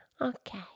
Okay